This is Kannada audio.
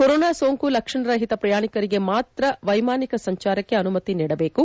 ಕೊರೋನಾ ಸೋಂಕು ಲಕ್ಷಣರಹಿತ ಪ್ರಯಾಣಿಕರಿಗೆ ಮಾತ್ರ ವೈಮಾನಿಕ ಸಂಜಾರಕ್ಷೆ ಅನುಮತಿ ನೀಡಬೇಕು